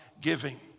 giving